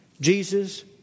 Jesus